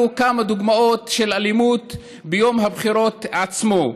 כמה דוגמאות של אלימות ביום הבחירות עצמו.